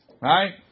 Right